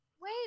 Wait